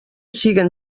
siguen